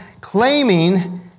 claiming